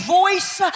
voice